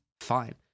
fine